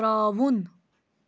ترٛاوُن